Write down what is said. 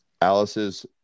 Alice's